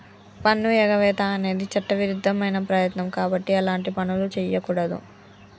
పన్నుఎగవేత అనేది చట్టవిరుద్ధమైన ప్రయత్నం కాబట్టి అలాంటి పనులు చెయ్యకూడదు